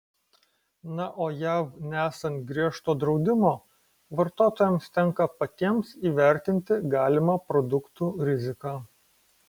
na o jav nesant griežto draudimo vartotojams tenka patiems įvertinti galimą produktų riziką